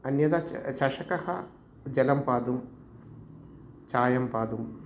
अन्यथा च चषकः जलं पातुं चायं पातुम्